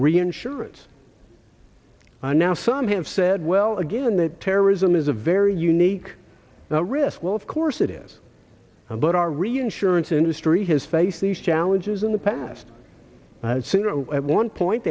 reinsurance and now some have said well again that terrorism is a very unique risk well of course it is but our reinsurance industry has face these challenges in the past at one point